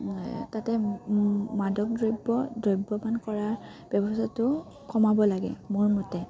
তাতে মাদক দ্ৰব্য দ্ৰব্যপান কৰাৰ ব্যৱস্থাটো কমাব লাগে মোৰ মতে